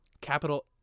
Capital